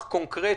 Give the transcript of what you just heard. ישקול קונקרטית,